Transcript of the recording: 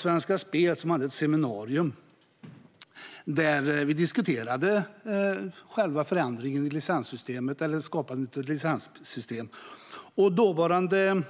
Svenska Spel hade ett seminarium där vi diskuterade förändringen i licenssystemet eller skapandet av ett licenssystem. Dåvarande